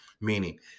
meaning